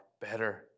better